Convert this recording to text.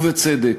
ובצדק.